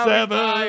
Seven